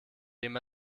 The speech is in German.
dem